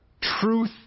truth